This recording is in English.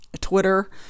Twitter